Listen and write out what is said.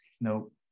Nope